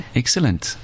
excellent